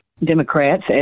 Democrats